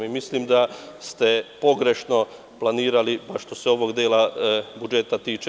Mislim da ste pogrešno planirali što se ovog dela budžeta tiče.